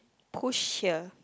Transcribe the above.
push here